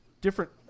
different